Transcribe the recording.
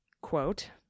quote